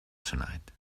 tonight